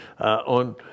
on